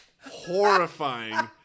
horrifying